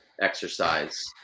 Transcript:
exercise